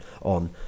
on